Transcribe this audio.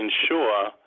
ensure